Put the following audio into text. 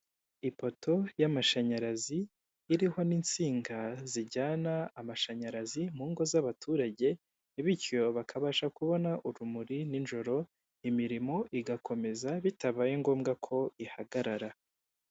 Ipoto y'amashanyarazi ririho n'insinga zijyana amashanyarazi mu ngo z'abaturage, bityo bakabasha kubona urumuri n'ijoro imirimo igakomeza bitabaye ngombwa ko ihagarara.